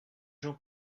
jean